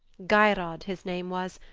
geirrod, his name was,